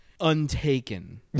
untaken